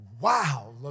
Wow